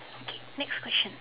okay next question